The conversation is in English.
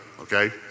okay